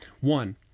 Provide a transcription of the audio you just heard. One